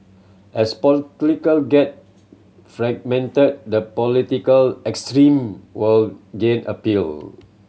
as political get fragmented the political extreme will gain appeal